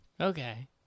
Okay